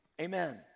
Amen